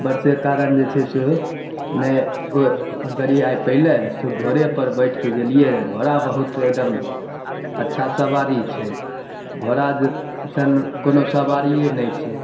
बरसे कारण जे छै से नहि ओ गाड़ी आइ पैलै से घोड़ेपर बैठिके गेलिए रहै घोड़ा बहुत एकदम अच्छा सवारी छै घोड़ा जइसन कोनो सवारिए नहि छै